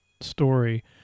story